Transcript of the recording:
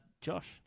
Josh